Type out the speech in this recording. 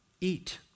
Eat